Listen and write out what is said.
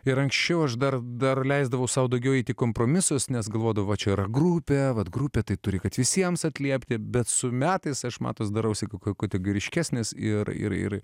ir anksčiau aš dar dar leisdavau sau daugiau eit į kompromisus nes galvodavau va čia yra grupė vat grupė tai turi kad visiems atliepti bet su metais aš matas darausi kategoriškesnis ir ir